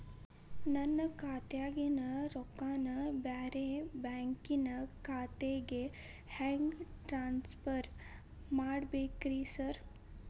ನನ್ನ ಖಾತ್ಯಾಗಿನ ರೊಕ್ಕಾನ ಬ್ಯಾರೆ ಬ್ಯಾಂಕಿನ ಖಾತೆಗೆ ಹೆಂಗ್ ಟ್ರಾನ್ಸ್ ಪರ್ ಮಾಡ್ಬೇಕ್ರಿ ಸಾರ್?